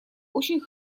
очень